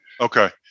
Okay